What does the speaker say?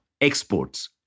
exports